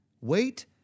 Wait